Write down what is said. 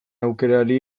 aukerari